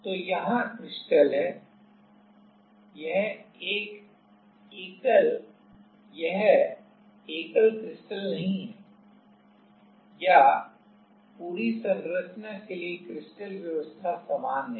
तो यहाँ क्रिस्टल है यह एकल क्रिस्टल नहीं है या पूरी संरचना के लिए क्रिस्टल व्यवस्था समान नहीं है